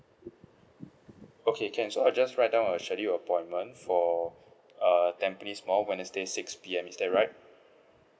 okay can so I just write down scheduled appointment for uh tampines mall wednesday six P_M is that right